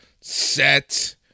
set